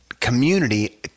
community